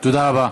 תודה רבה.